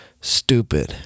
stupid